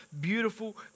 beautiful